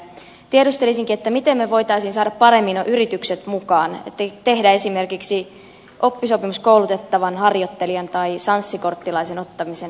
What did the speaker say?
tiedustelisinkin miten me voisimme saada yritykset paremmin mukaan ja tehdä esimerkiksi oppisopimuskoulutettavan harjoittelijan tai sanssi korttilaisen ottamisen houkuttelevammaksi